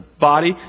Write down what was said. body